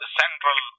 central